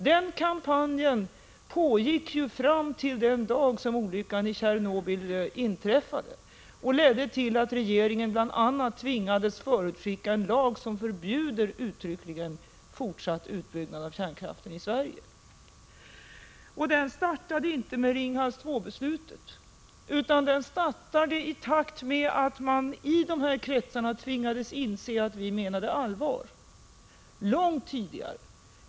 Den kampanjen pågick ju fram till den dag då olyckan i Tjernobyl inträffade, och den ledde till att regeringen bl.a. tvingades förutskicka en lag som uttryckligen förbjuder fortsatt utbyggnad av kärnkraften i Sverige. Och denna kampanj startade inte med beslutet om Ringhals 2, den startade långt tidigare, i takt med att man i de här kretsarna tvingades inse att vi menade allvar —t.ex.